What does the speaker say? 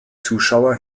zuschauer